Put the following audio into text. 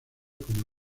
como